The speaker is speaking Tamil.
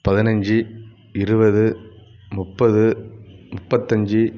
பதினஞ்சு இருபது முப்பது முப்பத்தஞ்சு